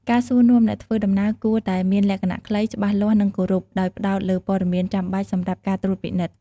ការសួរនាំអ្នកធ្វើដំណើរគួរតែមានលក្ខណៈខ្លី ច្បាស់លាស់ និងគោរព ដោយផ្តោតលើព័ត៌មានចាំបាច់សម្រាប់ការត្រួតពិនិត្យ។